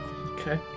Okay